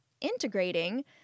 integrating